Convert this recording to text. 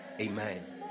Amen